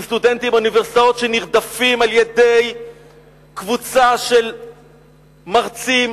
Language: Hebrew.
עם סטודנטים באוניברסיטאות שנרדפים על-ידי קבוצה של מרצים,